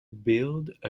build